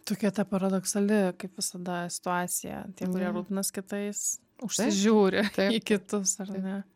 tokia ta paradoksali kaip visada situacija tie kurie rūpinas kitais užsižiūri į kitus ar ne